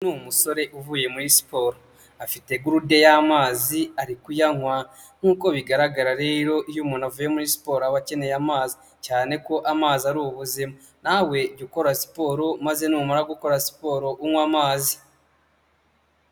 Ni umusore uvuye muri siporo afite gurude y'amazi ari kuyanywa, nkuko bigaragara rero iyo umuntu avuye muri siporo aba akeneye amazi, cyane ko amazi ari ubuzima, nawe jya ukora siporo maze numara gukora siporo unywe amazi.